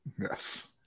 Yes